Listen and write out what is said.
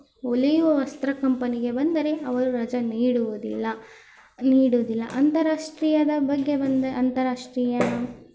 ಹೊಲೆಯುವ ವಸ್ತ್ರ ಕಂಪನಿಗೆ ಬಂದರೆ ಅವರು ರಜೆ ನೀಡುವುದಿಲ್ಲ ನೀಡೋದಿಲ್ಲ ಅಂತಾರಾಷ್ಟ್ರೀಯದ ಬಗ್ಗೆ ಬಂದರೆ ಅಂತಾರಾಷ್ಟ್ರೀಯ